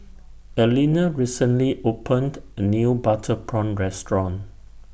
Alena recently opened A New Butter Prawn Restaurant